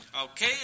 Okay